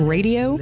Radio